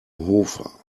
hofer